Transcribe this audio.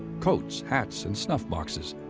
coats, hats, and snuff boxes.